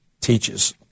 teaches